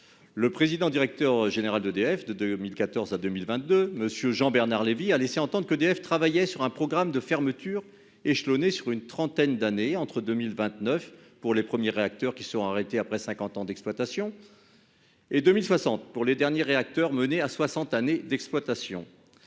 Le président-directeur général d'EDF de 2014 à 2022, M. Jean-Bernard Lévy, a laissé entendre que l'entreprise travaillait sur un programme de fermeture échelonné sur une trentaine d'années, entre 2029 pour les premiers réacteurs qui seront arrêtés après cinquante ans d'exploitation, et 2060 pour les derniers réacteurs menés à soixante années d'exploitation.